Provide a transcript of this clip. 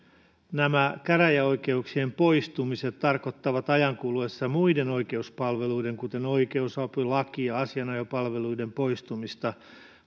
nämä käräjäoikeuksien poistumiset tarkoittavat ajan kuluessa muiden oikeuspalveluiden kuten oikeusapu laki ja asianajopalveluiden poistumista